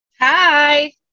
Hi